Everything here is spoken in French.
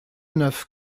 neuf